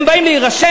הם באים להירשם,